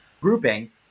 grouping